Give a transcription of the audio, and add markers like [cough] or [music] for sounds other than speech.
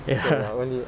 ya [laughs]